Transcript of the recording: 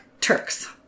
Turks